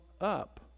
up